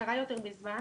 קצרה יותר בזמן,